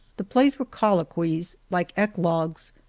the plays were colloquies like eclogues,